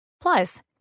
Plus